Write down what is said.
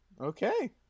Okay